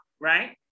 Right